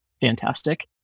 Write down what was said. fantastic